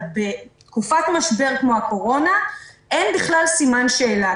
אבל בתקופת המשבר כמו הקורונה אין בכלל סימן שאלה.